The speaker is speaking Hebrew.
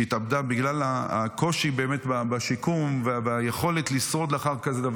שהתאבדה בגלל הקושי בשיקום והיכולת לשרוד לאחר דבר כזה.